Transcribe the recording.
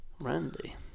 Randy